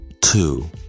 two